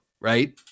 right